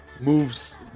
moves